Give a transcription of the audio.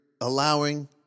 allowing